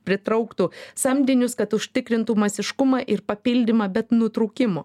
pritrauktų samdinius kad užtikrintų masiškumą ir papildymą bet nutrūkimo